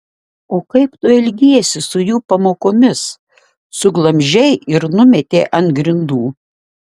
o kaip tu elgiesi su jų pamokomis suglamžei ir numetei ant grindų